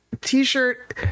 t-shirt